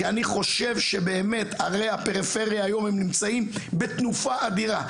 כי אני חושב שבאמת ערי הפריפריה היום הם נמצאים בתנופה אדירה,